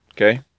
Okay